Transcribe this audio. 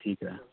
ਠੀਕ ਹੈ